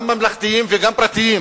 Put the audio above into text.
גם ממלכתיים וגם פרטיים,